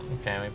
Okay